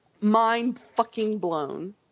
mind-fucking-blown